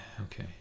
okay